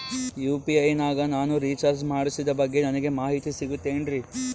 UPI ನಾಗ ನಾನು recharge ಮಾಡಿಸಿದ ಬಗ್ಗೆ ನನಗೆ ಮಾಹಿತಿ ಸಿಗುತೇನ್ರೀ?